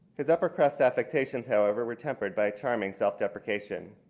his upper crest affectations, however, were tempered by charming selfdeprecation.